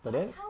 but then